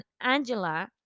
Angela